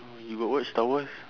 uh you got watch star wars